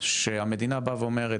שהמדינה באה ואומרת,